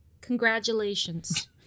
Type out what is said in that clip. Congratulations